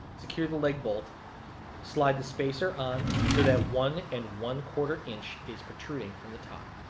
secure the leg bolt slide the spacer on, so that one and one quarter inch is protruding from the top.